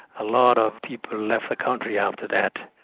a lot of people left the country after that.